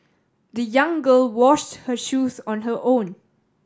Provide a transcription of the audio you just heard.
the young girl washed her shoes on her own